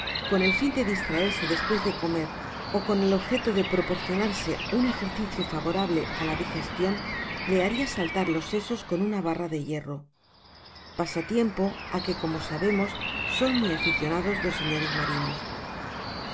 con el fin de distraerse despues de comer ó con el objeto de proporcionarse un ejercicio favorable á la digestion le haria saltar los cesos con una barra de hierro pasatiempo á que como sabemos son muy aficionados los señores marinos